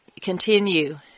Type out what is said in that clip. continue